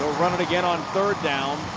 ah run it again on third down.